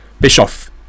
bischoff